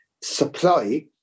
supply